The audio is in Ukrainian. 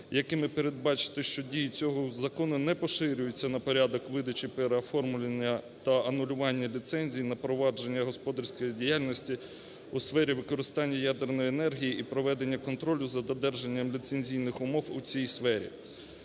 якими передбачити, що дії цього закону не поширюються на порядок видачі переоформлення та анулювання ліцензій на впровадження господарської діяльності у сфері використання ядерної енергії і проведення контролю за додержанням ліцензійних умов у цій сфері.